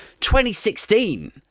2016